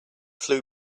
flew